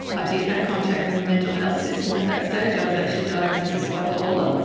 i did have contact with the mental health system at that stage. i was actually diagnosed as bipolar,